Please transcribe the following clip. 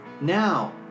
Now